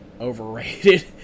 overrated